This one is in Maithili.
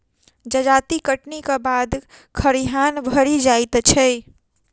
जजाति कटनीक बाद खरिहान भरि जाइत छै